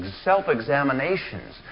self-examinations